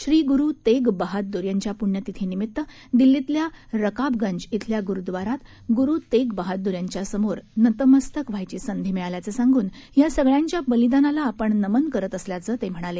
श्रीगुरूतेगबहादुरयांच्यापुण्यतिथीनिमीत्तदिल्लीतल्यारकाबगंज खिल्यागुरुद्वारातगुरुतेगबहादुरयांच्यापुढेनतमस्तकव्हायचीसंधीमिळाल्याचं सांगून यासगळ्यांच्याबलिदानालाआपणनमनकरतअसल्याचंतेम्हणाले